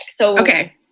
Okay